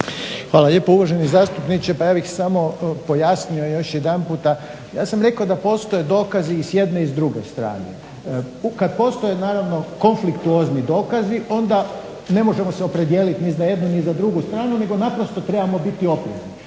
Hvala lijepo. Uvaženi zastupniče pa ja bih samo pojasnio još jedanputa ja sam rekao da postoje dokazi i s jedne i s druge strane. Kad postoje naravno konfliktuozni dokazi onda ne možemo se opredijeliti ni za jednu ni za drugu stranu nego naprosto trebamo biti oprezni.